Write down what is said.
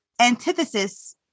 antithesis